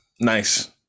Nice